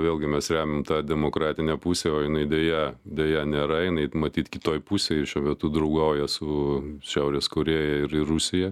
vėlgi mes remiam tą demokratinę pusę o jinai deja deja nėra jinai matyt kitoj pusėj ir šiuo metu draugauja su šiaurės korėja ir ir rusija